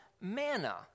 manna